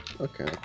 okay